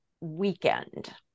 weekend